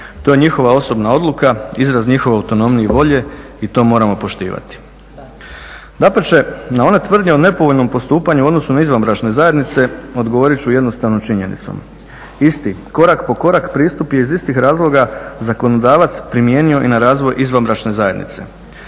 To je njihova osobna odluka, izraz njihove autonomije i volje i to moramo poštivati. Dapače, ona tvrdnja o nepovoljnom postupanju u odnosu na izvanbračne zajednice, odgovorit ću jednostavno činjenicom. Isti, korak po korak pristup je iz istih razloga zakonodavac primijenio i na razvoj izvanbračne zajednice.